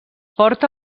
porta